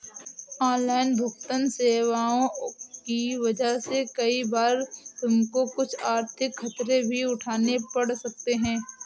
online भुगतन्न सेवाओं की वजह से कई बार तुमको कुछ आर्थिक खतरे भी उठाने पड़ सकते हैं